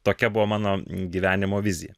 tokia buvo mano gyvenimo vizija